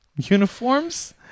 uniforms